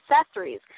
accessories